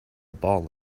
ball